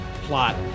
plot